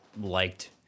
liked